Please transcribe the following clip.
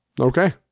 Okay